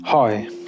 Hi